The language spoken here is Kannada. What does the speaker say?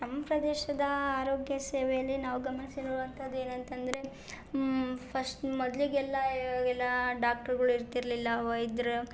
ನಮ್ಮ ಪ್ರದೇಶದಾ ಆರೋಗ್ಯ ಸೇವೆಯಲ್ಲಿ ನಾವು ಗಮನಿಸಿರುವಂಥದ್ ಏನಂತಂದರೆ ಫಶ್ಟ್ ಮೊದಲಿಗೆಲ್ಲ ಇವಾಗೆಲ್ಲಾ ಡಾಕ್ಟ್ರುಗಳು ಇರ್ತಿರಲಿಲ್ಲ ವೈದ್ಯರು